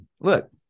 look